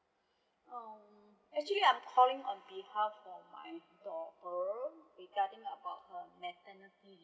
um actually I'm calling on behalf for my daugther regarding about her maternity leave